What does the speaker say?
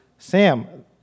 Sam